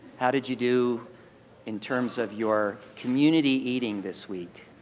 how did you do in terms of your community eating this week?